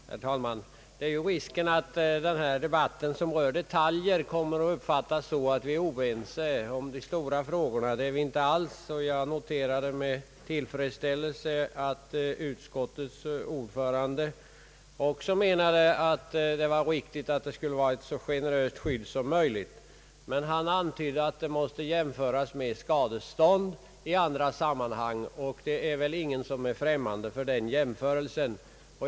Herr talman! Det är ju risk för att den här debatten, som rör detaljer, kommer att uppfattas så att vi skulle vara oense i de stora frågorna. Det är vi alls inte, och jag noterade med tillfredsställelse att utskottets ordförande också anser att det bör vara ett så generöst skydd som möjligt. Herr Strand antydde att detta extra skydd måste jämföras med skadestånd i andra sammanhang, och ingen är väl främmande för den jämförelsen.